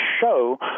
show